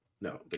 no